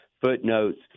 Footnotes